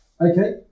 Okay